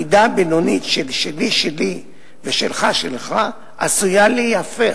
המידה הבינונית של 'שלי שלי ושלך שלך' עשויה להיהפך,